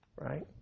right